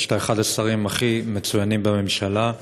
אני חושב שאתה אחד השרים הכי מצוינים בממשלה,